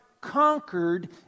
conquered